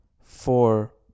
Four